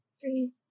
three